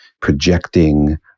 projecting